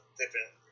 different